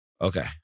Okay